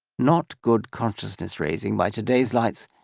not good consciousness-raising, by today's lights,